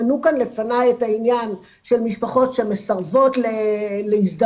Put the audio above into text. מנו כאן לפני את העניין של משפחות שמסרבות להזדהות,